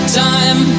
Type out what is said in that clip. time